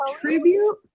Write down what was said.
tribute